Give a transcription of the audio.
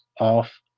off